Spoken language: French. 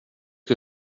que